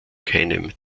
keinem